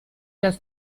das